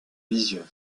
lisieux